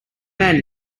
man